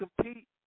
compete